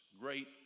great